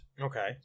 Okay